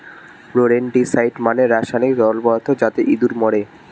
rodenticide মানে রাসায়নিক তরল পদার্থ যাতে ইঁদুর মরে